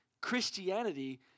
Christianity